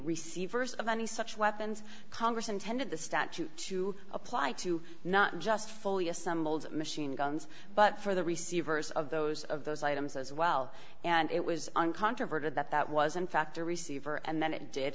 receivers of any such weapons congress intended the statute to apply to not just fully assembled machine guns but for the receivers of those of those items as well and it was uncontroverted that that was in fact a receiver and then it did